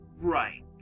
Right